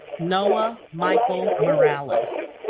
noah michael morales